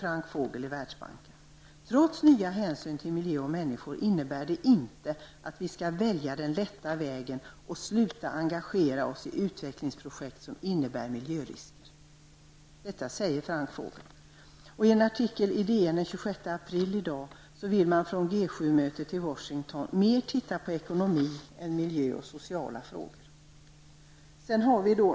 Han säger att trots nya hänsyn till miljö och människor innebär det inte att vi skall välja den lätta vägen och sluta engagera oss i utvecklingsprojekt som innebär miljörisker. Av en artikel i DN den 26 april framgår det att man från G 7-mötet i Washington givit uttryck för att man hellre vill titta på ekonomin än på miljön och sociala frågor.